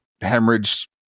hemorrhage